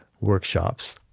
workshops